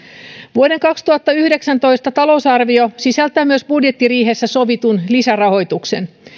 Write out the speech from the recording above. vuoden kaksituhattayhdeksäntoista talousarvio sisältää myös budjettiriihessä sovitun lisärahoituksen